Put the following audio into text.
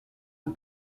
and